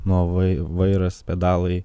nuo vai vairas pedalai